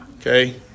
Okay